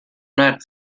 not